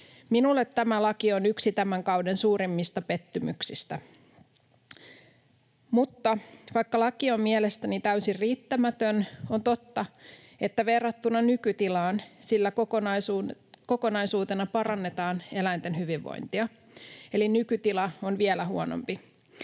Minulle tämä laki on yksi tämän kauden suurimmista pettymyksistä. Mutta vaikka laki on mielestäni täysin riittämätön, on totta, että verrattuna nykytilaan sillä kokonaisuutena parannetaan eläinten hyvinvointia, eli nykytila on vielä huonompi.